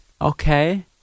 Okay